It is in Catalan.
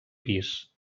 pis